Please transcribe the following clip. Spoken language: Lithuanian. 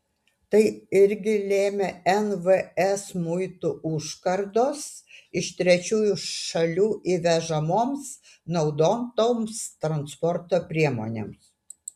tai irgi lėmė nvs muitų užkardos iš trečiųjų šalių įvežamoms naudotoms transporto priemonėms